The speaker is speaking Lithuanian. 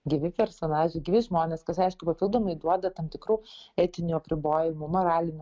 gyvi personažai gyvi žmonės kas aišku papildomai duoda tam tikrų etinių apribojimų moralinių